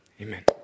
Amen